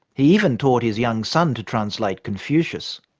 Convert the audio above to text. he even taught his young son to translate confucius.